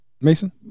Mason